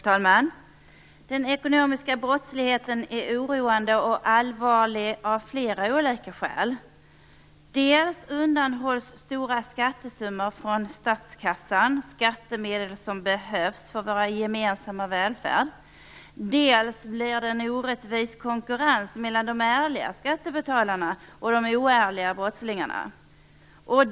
Herr talman! Den ekonomiska brottsligheten är oroande och allvarlig av flera olika skäl. Dels undanhålls stora skattesummor från statskassan, skattemedel som behövs för vår gemensamma välfärd, dels blir det en orättvis konkurrens mellan de ärliga skattebetalarna och de oärliga brottslingarna.